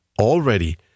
already